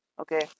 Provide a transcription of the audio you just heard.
okay